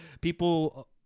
people